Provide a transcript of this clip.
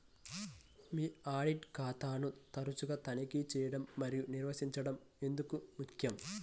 మీ audit ఖాతాను తరచుగా తనిఖీ చేయడం మరియు నిర్వహించడం ఎందుకు ముఖ్యం?